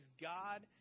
god